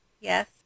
Yes